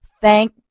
Thank